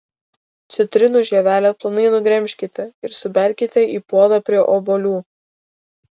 citrinų žievelę plonai nugremžkite ir suberkite į puodą prie obuolių